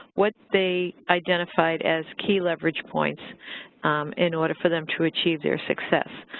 what they identified as key leverage points in order for them to achieve their success.